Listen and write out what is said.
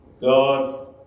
God's